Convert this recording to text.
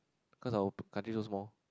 cause our country so small